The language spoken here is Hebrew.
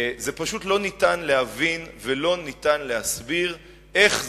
פשוט לא ניתן להבין ולא ניתן להסביר איך זה.